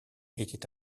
était